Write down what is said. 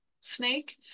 snake